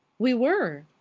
we were!